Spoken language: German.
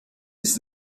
ist